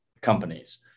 companies